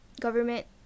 government